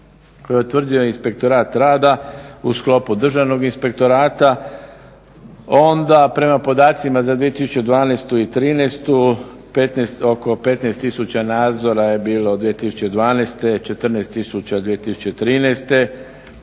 koje je utvrdio inspektorat rada u sklopu Državnog inspektorata. Onda prema podacima za 2012. i '13. oko 15 tisuća nadzora je bilo 2012., 14 tisuća 2013.